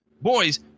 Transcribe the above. boys